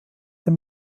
dem